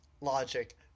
logic